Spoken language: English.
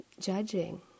judging